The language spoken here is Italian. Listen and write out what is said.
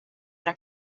era